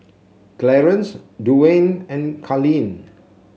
Clarnce Duwayne and Carlene